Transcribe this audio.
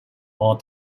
all